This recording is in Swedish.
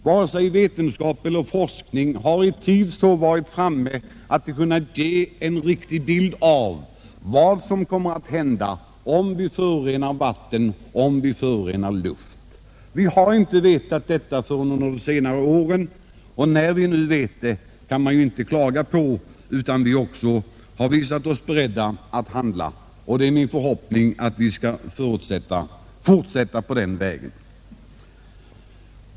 Varken vetenskap eller forskning har i tid varit så framme att de kunnat ge en riktig bild av vad som kommer att hända, om vi förorenar vatten och om vi förorenar luft. Vi har inte vetat detta förrän under senare år. När vi nu vet det kan det inte sägas annat än att vi också visat oss beredda att handla. Det är min förhoppning att vi skall fortsätta på den vägen.